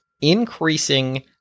increasing